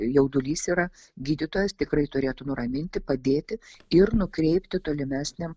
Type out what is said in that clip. jaudulys yra gydytojas tikrai turėtų nuraminti padėti ir nukreipti tolimesniam